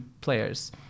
players